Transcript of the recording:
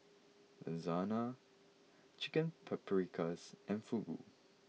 Lasagna Chicken Paprikas and Fugu